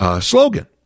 slogan